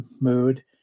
mood